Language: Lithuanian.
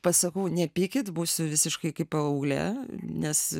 pasakau nepykit būsiu visiškai kaip paauglė nes